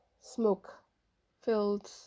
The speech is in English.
smoke-filled